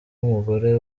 w’umugore